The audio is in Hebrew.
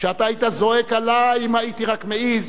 אתה היית זועק עלי אם הייתי רק מעז,